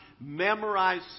memorize